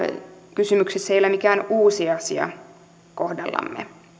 kysymyksessä ei ole mikään uusi asia kohdallamme